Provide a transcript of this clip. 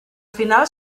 final